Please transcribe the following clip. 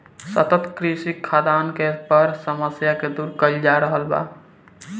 सतत कृषि खाद्यान के बड़ समस्या के दूर कइल जा रहल बा